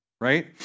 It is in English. right